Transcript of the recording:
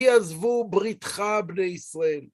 יעזבו בריתך, בני ישראל!